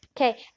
Okay